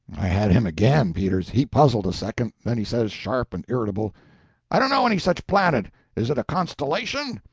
i had him again, peters! he puzzled a second, then he says, sharp and irritable i don't know any such planet is it a constellation?